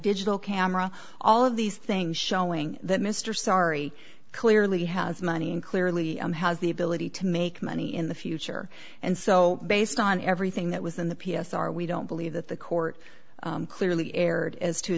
digital camera all of these things showing that mr sorry clearly has money and clearly has the ability to make money in the future and so based on everything that was in the p s r we don't believe that the court clearly erred as to